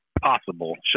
possible